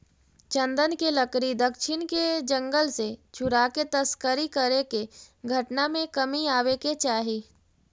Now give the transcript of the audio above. चन्दन के लकड़ी दक्षिण के जंगल से चुराके तस्करी करे के घटना में कमी आवे के चाहि